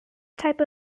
type